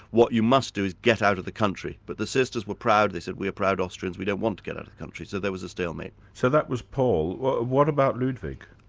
what you must do is get out of the country. but the sisters were proud, they said, we are proud austrians, we don't want to get out of the country', so there was a stalemate. so that was paul what what about ludwig?